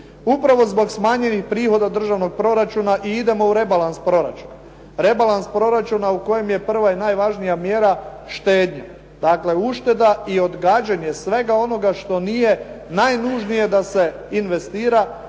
Upravo zbog smanjenih prihoda državnog proračuna i idemo u rebalans proračuna. Rebalans proračuna u kojem je prva i najvažnija mjera štednja, dakle ušteda i odgađanje svega onoga što nije najnužnije da se investira,